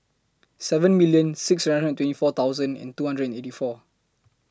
seven million six hundred and twenty four thousand and two hundred and eighty four